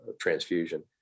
transfusion